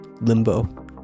limbo